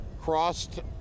crossed